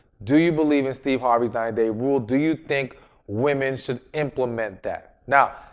do you believe in steve harvey's ninety day rule? do you think women should implement that? now,